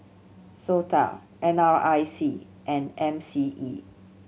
SOTA N R I C and M C E